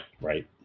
Right